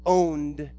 owned